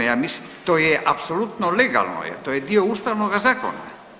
Ja mislim, to je apsolutno legalno je, to je dio Ustavnoga zakona.